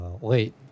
Wait